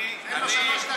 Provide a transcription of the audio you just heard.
תן לו שלוש דקות.